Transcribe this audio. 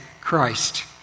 Christ